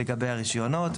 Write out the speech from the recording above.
לגבי הרישיונות,